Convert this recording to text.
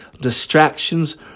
distractions